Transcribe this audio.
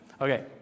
Okay